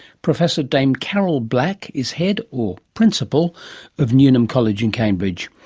professor dame carol black is head or principal of newnham college in cambridge.